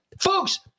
Folks